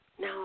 Now